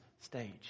stage